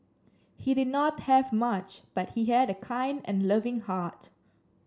he did not have much but he had a kind and loving heart